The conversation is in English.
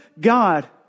God